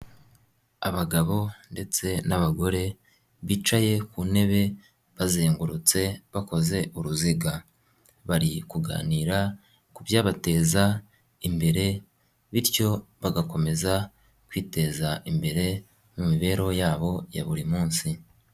Abagabo ndetse n'abagore bicaye ku ntebe bazengurutse bakoze uruziga, bari kuganira ku byabateza imbere bityo bagakomeza kwiteza imbere mu mibereho yabo ya buri munsi.